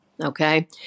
Okay